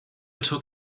took